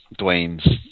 Dwayne's